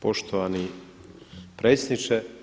Poštovani predsjedniče.